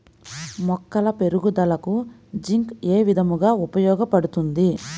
మొక్కల పెరుగుదలకు జింక్ ఏ విధముగా ఉపయోగపడుతుంది?